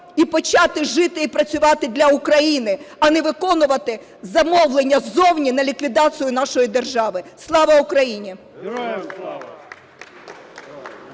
і почати жити і працювати для України, а не виконувати замовлення ззовні на ліквідацію нашої держави. Слава Україні!